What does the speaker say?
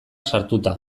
sartuta